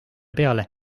peale